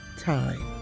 time